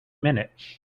minute